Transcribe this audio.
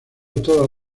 todas